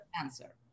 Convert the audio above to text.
answer